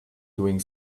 doing